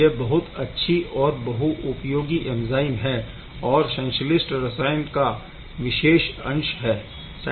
यह बहुत अच्छी और बहु उपयोगी एंज़ाइम है और संश्लिष्ट रसायन का विशेष अंश हैं